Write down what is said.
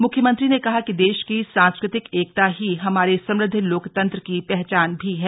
मुख्यमंत्री ने कहा कि देश की सांस्कृतिक एकता ही हमारे समृद्व लोकतंत्र की पहचान भी है